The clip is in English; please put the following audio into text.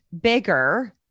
bigger